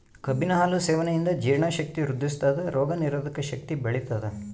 ಕಬ್ಬಿನ ಹಾಲು ಸೇವನೆಯಿಂದ ಜೀರ್ಣ ಶಕ್ತಿ ವೃದ್ಧಿಸ್ಥಾದ ರೋಗ ನಿರೋಧಕ ಶಕ್ತಿ ಬೆಳಿತದ